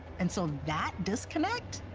and so that disconnect,